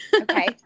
Okay